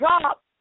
drop